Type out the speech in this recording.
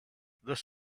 this